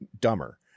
dumber